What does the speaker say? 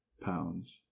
pounds